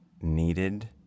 needed